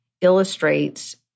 illustrates